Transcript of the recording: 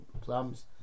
plums